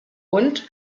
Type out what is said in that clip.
und